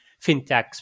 fintechs